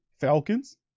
Falcons